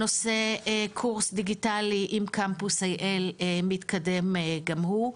נושא קורס דיגיטלי עם קמפוס AL מתקדם גם הוא.